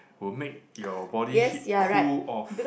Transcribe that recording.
will make your body heat cool off